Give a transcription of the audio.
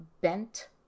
bent